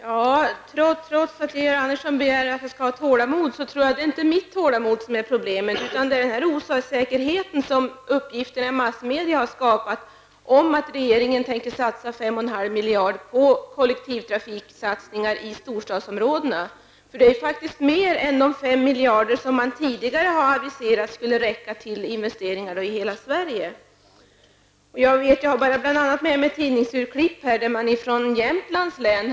Herr talman! Georg Andersson ber att jag skall visa tålamod. Men det är inte mitt tålamod som är problemet utan den osäkerhet som uppgifterna i massmedia har skapat om att regeringen tänker lägga 5,5 miljarder kronor på kollektivtrafiksatsningar i storstadsområdena. Det är faktiskt mer än de 5 miljarder som man tidigare sagt skulle räcka till investeringar i hela Sverige! Jag har här med mig ett tidningsurklipp från Jämtlands län.